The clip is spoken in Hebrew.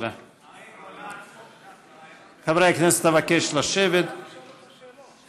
ברשות יושב-ראש הכנסת, הינני מתכבדת להודיעכם,